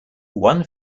one